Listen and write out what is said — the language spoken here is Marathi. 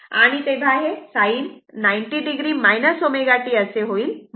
तेव्हा हे sin 90 o ω t असे होईल